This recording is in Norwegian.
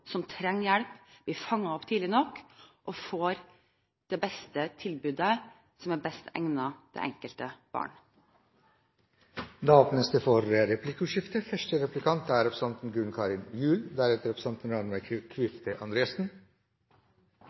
som trenger hjelp, blir fanget opp tidlig nok og får det beste tilbudet som er best egnet for det enkelte barn. Det blir replikkordskifte.